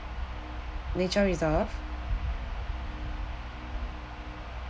nature reserve